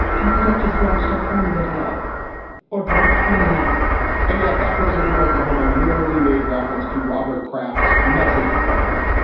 i could have just watched a porn video or got a porn mag and yes, that person from oklahoma literally made reference to robert kraft's message parler,